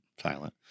silent